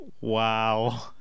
Wow